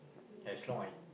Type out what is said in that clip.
as long I